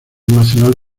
nacional